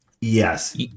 Yes